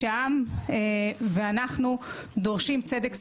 שהעם ואנחנו דורשים צדק סיעודי.